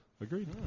Agreed